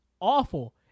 awful